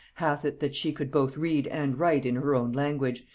hath it, that she could both read and write in her own language,